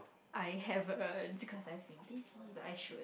I haven't cause I've been busy but I should